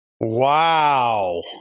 Wow